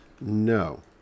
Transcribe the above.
No